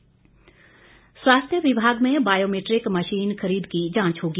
विपिन परमार स्वास्थ्य विभाग में बायोमिट्रिक मशीन खरीद की जांच होगी